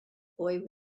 boy